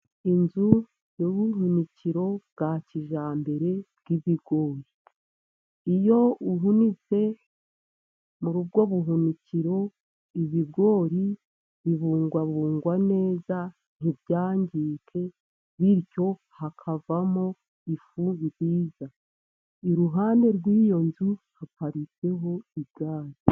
Inzu y'ubuhunikiro bwa kijyambere bw'ibigori. Iyo uhunitse muri ubwo buhunikiro, ibigori bibungwabungwa neza ntibyangirike. Bityo hakavamo ifu nziza. Iruhande rw'iyo nzu haparitseho igare.